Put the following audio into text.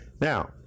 Now